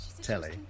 Telly